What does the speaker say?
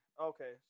okay